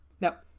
nope